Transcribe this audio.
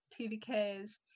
TVK's